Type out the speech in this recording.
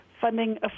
funding